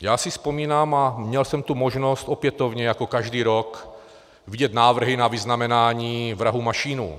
Já si vzpomínám, a měl jsem tu možnost opětovně jako každý rok vidět návrhy na vyznamenání vrahů Mašínů.